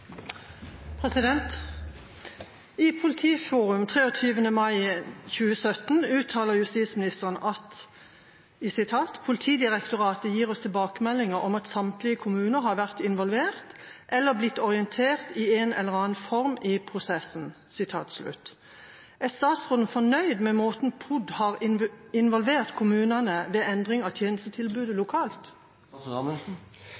Politiforum 23. mai 2017 uttaler justisministeren at «Politidirektoratet gir oss tilbakemeldinger om at samtlige kommuner har vært involvert, eller blitt orientert i en eller annen form i prosessen». Er statsråden fornøyd med måten POD har involvert kommunene ved endring av tjenestetilbudet